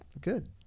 good